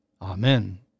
Amen